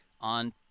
on